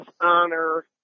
honor